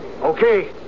Okay